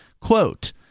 quote